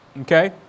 okay